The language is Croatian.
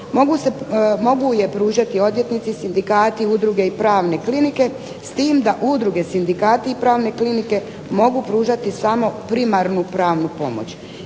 Mogu je pružati odvjetnici, sindikati, udruge i pravne klinike s tim da udruge, sindikati i pravne klinike mogu pružati samo primarnu pravnu pomoć.